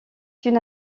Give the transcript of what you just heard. une